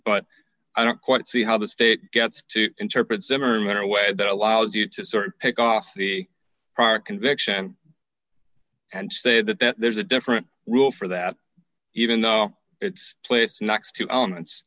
but i don't quite see how the state gets to interpret zimmerman a way that allows you to sort pick off the prior conviction and say that there's a different rule for that even though it's place next to elements